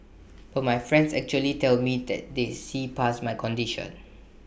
but my friends actually tell me that they see past my condition